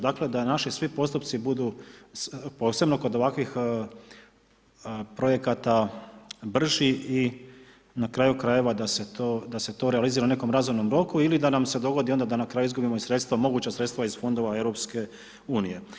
Dakle da naši svi postupci budu, posebno kod ovakvih projekata, brži i na kraju krajeva da se to, da se to realizira u nekom razumnom roku, ili da nam se dogodi onda da na kraju izgubimo i sredstva, moguća sredstva iz Fondova Europske unije.